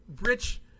rich